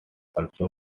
also